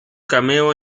cameo